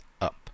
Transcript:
up